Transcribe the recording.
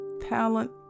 talent